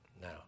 Now